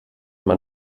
man